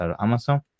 Amazon